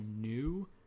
new